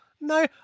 no